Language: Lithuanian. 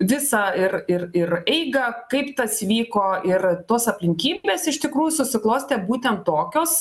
visą ir ir ir eigą kaip tas vyko ir tos aplinkybės iš tikrųjų susiklostė būtent tokios